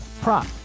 prop